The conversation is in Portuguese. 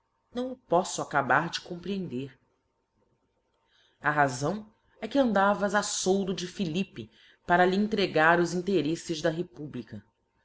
não o poflb acabar de comprehender a razão é que andavas a foldo de philippe para lhe entregar os intereíles da republica